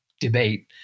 debate